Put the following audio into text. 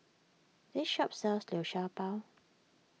this shop sells Liu Sha Bao